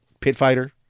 Pitfighter